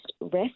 risk